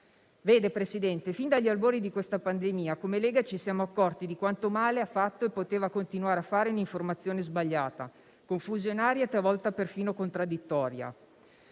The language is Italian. Signor Presidente, fin dagli albori di questa pandemia, come Lega ci siamo accorti di quanto male ha fatto e poteva continuare a fare un'informazione sbagliata, confusionaria e talvolta perfino contraddittoria.